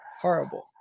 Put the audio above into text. Horrible